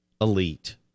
elite